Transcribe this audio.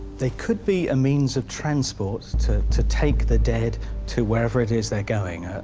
they could be a means of transport to to take the dead to wherever it is they're going,